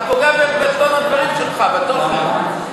אתה פוגע בטון הדברים שלך בתוכן.